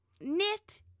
Knit